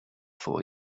for